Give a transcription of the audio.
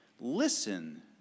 Listen